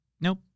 Nope